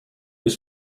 was